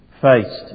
faced